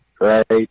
right